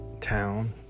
town